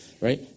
right